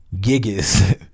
Gigas